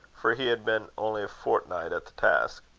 for he had been only a fortnight at the task.